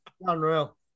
Unreal